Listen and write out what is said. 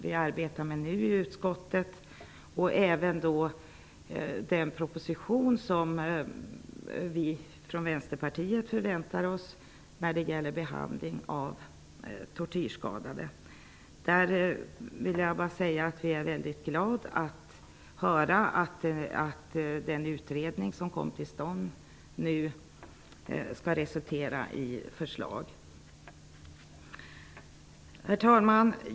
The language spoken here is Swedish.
Vi förväntar oss i det andra fallet från Vänsterpartiet att det kommer en proposition som skall gälla behandling av tortyrskadade. Jag vill bara säga att vi är mycket glada över att höra att utredningen härom nu skall resultera i förslag. Herr talman!